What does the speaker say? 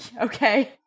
Okay